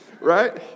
Right